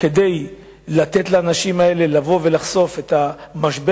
כדי לתת לאנשים האלה לבוא ולחשוף את המשבר